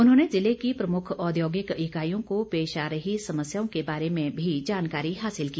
उन्होंने ज़िले की प्रमुख औद्योगिक इकाईयों को पेश आ रही समस्याओं के बारे में भी जानकारी हासिल की